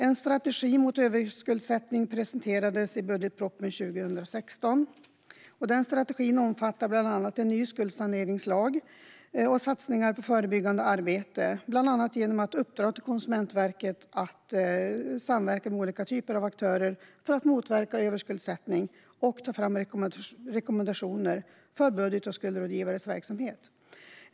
En strategi mot överskuldsättning presenterades i budgetpropositionen 2016. Den strategin omfattar bland annat en ny skuldsaneringslag och satsningar på förebyggande arbete. Det sker bland annat genom att uppdra till Konsumentverket att samverka med olika typer av aktörer för att motverka överskuldsättning och ta fram rekommendationer för budget och skuldrådgivares verksamhet.